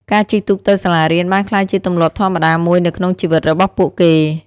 ការជិះទូកទៅសាលារៀនបានក្លាយជាទម្លាប់ធម្មតាមួយនៅក្នុងជីវិតរបស់ពួកគេ។